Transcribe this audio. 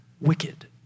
wicked